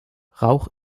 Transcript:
rauch